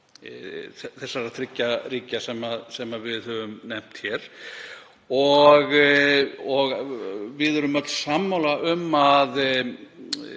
ríkjanna þriggja ríkja sem við höfum nefnt hér? Við erum öll sammála um að